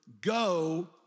go